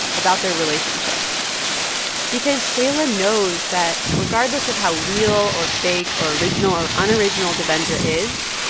about their relationship because shaila knows that regardless of how real or fake or original or unoriginal devendra is,